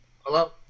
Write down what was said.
hello